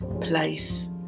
place